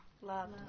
love